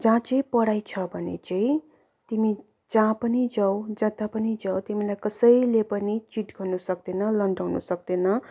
जहाँ चाहिँ पढाई छ भने चाहिँ तिमी जहाँ पनि जाऊ जता पनि जाऊ तिमीलाई कसैले पनि चिट गर्नु सक्दैन लन्ड्याउनु सक्दैन